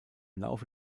laufe